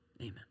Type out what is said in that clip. Amen